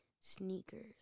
sneakers